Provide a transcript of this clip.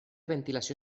ventilació